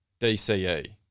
DCE